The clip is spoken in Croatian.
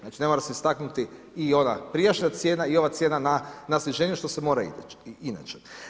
Znači ne mora se istaknuti i ona prijašnja cijena i ona cijena na sniženju što se mora i inače.